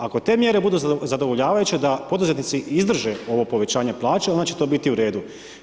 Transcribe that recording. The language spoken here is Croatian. Ako te mjere budu zadovoljavajući da poduzetnici izdrže ovo povećanje plaća onda će to biti u redu.